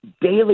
daily